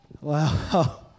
Wow